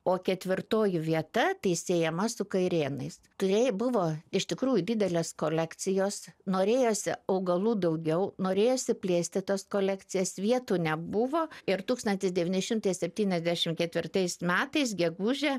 o ketvirtoji vieta tai siejama su kairėnais kairėj buvo iš tikrųjų didelės kolekcijos norėjosi augalų daugiau norėjosi plėsti tas kolekcijas vietų nebuvo ir tūkstantis devyni šimtai septyniasdešim ketvirtais metais gegužę